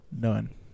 None